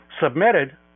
submitted